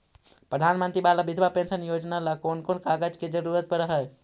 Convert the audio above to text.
प्रधानमंत्री बाला बिधवा पेंसन योजना ल कोन कोन कागज के जरुरत पड़ है?